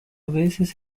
veces